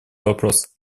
вопрос